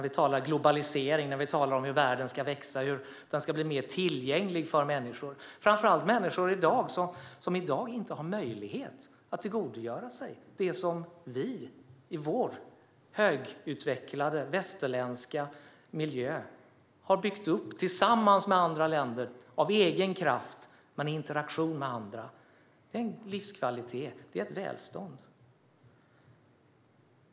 Vi talar globalisering, om hur världen ska växa och bli mer tillgänglig för människor, framför allt människor som i dag inte har möjlighet att tillgodogöra sig det som vi i vår högutvecklade västerländska miljö har byggt upp tillsammans med andra länder av egen kraft men i interaktion med andra. Det är en livskvalitet, ett välstånd.